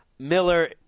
Miller